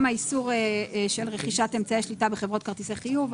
האיסור של רכישת אמצעי שליטה בחברות כרטיסי חיוב.